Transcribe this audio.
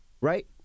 right